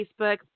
Facebook